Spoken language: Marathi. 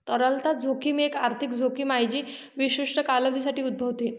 तरलता जोखीम एक आर्थिक जोखीम आहे जी विशिष्ट कालावधीसाठी उद्भवते